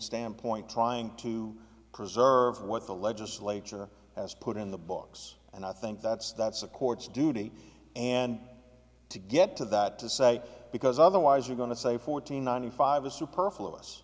standpoint trying to preserve what the legislature has put on the books and i think that's that's the court's duty and to get to that to say because otherwise you're going to say fourteen ninety five is superfl